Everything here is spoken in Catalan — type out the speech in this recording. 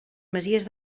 masies